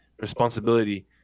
responsibility